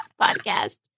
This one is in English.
podcast